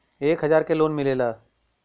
एक हजार के लोन मिलेला?